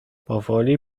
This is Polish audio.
powoli